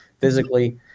physically